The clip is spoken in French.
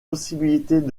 possibilités